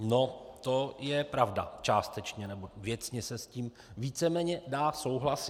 No to je pravda, částečně nebo věcně se s tím víceméně dá souhlasit.